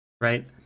right